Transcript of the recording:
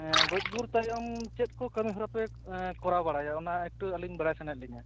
ᱜᱚᱡ ᱜᱩᱨ ᱛᱟᱭᱚᱢ ᱪᱮᱫ ᱠᱚ ᱠᱟᱹᱢᱤᱦᱚᱨᱟᱯᱮ ᱠᱚᱨᱟᱣ ᱵᱟᱲᱟᱭᱟ ᱚᱱᱟ ᱮᱠᱴᱩ ᱟᱹᱞᱤᱧ ᱵᱟᱲᱟᱭ ᱥᱟᱱᱟᱭᱮᱫ ᱞᱤᱧᱟᱹ